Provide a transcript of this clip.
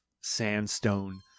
sandstone